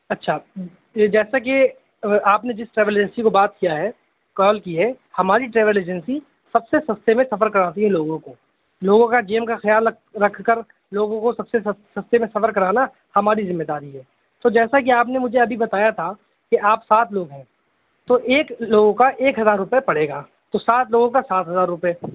اچھا جیسا کہ آپ نے جس ٹریول ایجنسی کو بات کیا ہے کال کی ہے ہماری ٹریول ایجنسی سب سے سستے میں سفر کراتی ہے لوگوں کو لوگوں کا جیب کا خیال رکھ رکھ کر لوگوں کو سب سے سستے میں سفر کرانا ہماری ذمہ داری ہے تو جیسا کہ آپ نے مجھے ابھی بتایا تھا کہ آپ سات لوگ ہیں تو ایک لوگوں کا ایک ہزار روپے پڑے گا تو سات لوگوں کا سات ہزار روپے